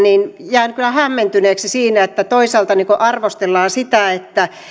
jään kyllä hämmentyneeksi siinä että toisaalta arvostellaan sitä että